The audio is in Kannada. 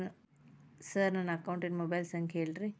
ಸರ್ ನನ್ನ ಅಕೌಂಟಿನ ಮೊಬೈಲ್ ಸಂಖ್ಯೆ ಹೇಳಿರಿ